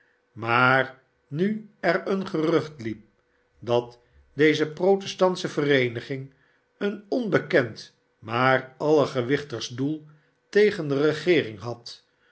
maar nu er een gerucht hep dat deze protestantsche vereeniging een onbekend maar allergewichtigst doel tegen de regeering had